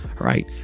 right